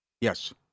Yes